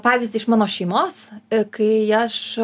pavyzdį iš mano šeimos kai aš